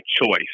choice